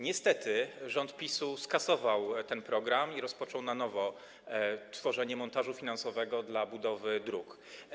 Niestety, rząd PiS skasował ten program i rozpoczął na nowo tworzenie montażu finansowego dla budowy dróg.